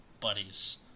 buddies